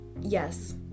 Yes